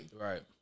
Right